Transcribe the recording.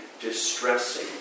distressing